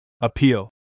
Appeal